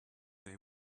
they